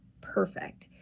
perfect